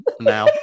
now